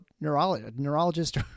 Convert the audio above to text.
neurologist